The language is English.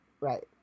Right